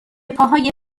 پاهای